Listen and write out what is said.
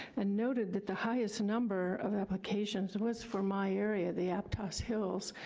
and noted that the highest number of applications was from my area, the aptos hills.